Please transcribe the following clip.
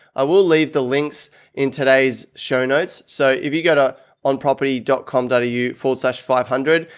i will leave the links in today's show notes. so if you go to on property dot com dot eu four slash five hundred